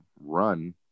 run